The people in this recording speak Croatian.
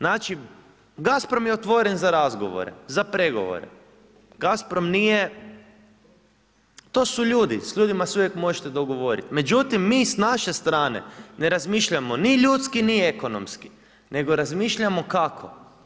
Znači Gazprom je otvoren za razgovore, za pregovore, to su ljudi, s ljudima se uvijek možete dogovoriti, međutim mi s naše strane ne razmišljamo ni ljudski ni ekonomski nego razmišljamo kako?